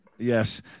Yes